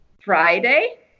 Friday